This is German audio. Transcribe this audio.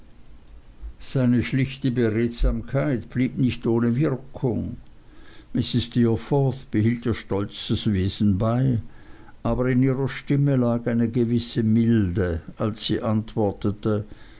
seine schlichte beredsamkeit blieb nicht ohne wirkung mrs steerforth behielt ihr stolzes wesen bei aber in ihrer stimme lag eine gewisse milde als sie antwortete